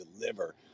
deliver